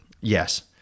Yes